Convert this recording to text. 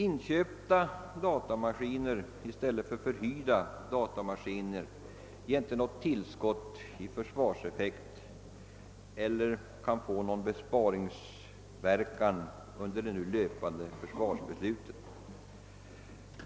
Inköpta datamaskiner i stället för förhyrda datamaskiner ger inte något tillskott i försvarseffekt och kan inte heller få någon besparingsverkan under det nu löpande försvarsbeslutet.